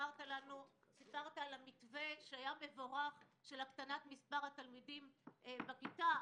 סיפרת את המתווה שהיה מבורך של הקטנת מספר התלמידים בכיתה,